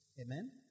Amen